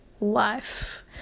life